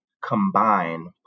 combine